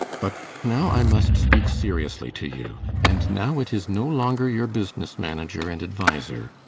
but now i must speak seriously to you. and now it is no longer your business manager and adviser,